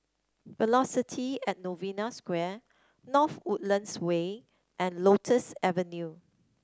Velocity At Novena Square North Woodlands Way and Lotus Avenue